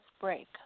break